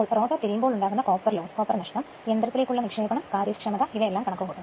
rotor തിരിയുമ്പോൾ ഉണ്ടാകുന്ന copper നഷ്ടം യന്ത്രത്തിലേക്ക് ഉള്ള നിക്ഷേപണം കാര്യക്ഷമത എന്നിവ കണക്കുകൂട്ടുക